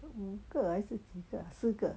五个还是几个四个